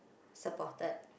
supported